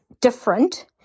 different